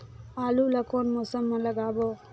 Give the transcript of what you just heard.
आलू ला कोन मौसम मा लगाबो?